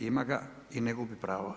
Ima ga i ne gubi pravo.